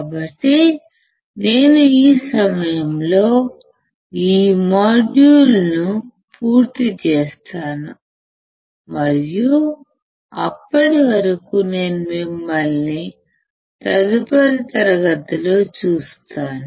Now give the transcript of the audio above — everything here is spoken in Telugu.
కాబట్టి నేను ఈ సమయంలో ఈ మాడ్యూల్ను పూర్తి చేస్తాను మరియు అప్పటి వరకు నేను మిమ్మల్ని తదుపరి తరగతిలో చూస్తాను